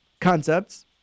concepts